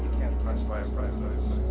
classify our presidents